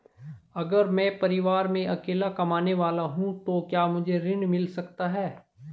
अगर मैं परिवार में अकेला कमाने वाला हूँ तो क्या मुझे ऋण मिल सकता है?